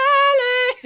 Valley